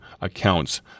accounts